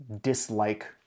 dislike